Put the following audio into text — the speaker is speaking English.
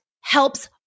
helps